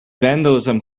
vandalism